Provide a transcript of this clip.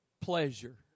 pleasure